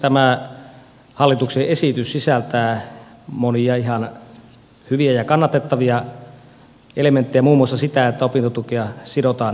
tämä hallituksen esitys sisältää monia ihan hyviä ja kannatettavia elementtejä muun muassa sen että opintotukea sidotaan indeksiin